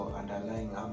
underlying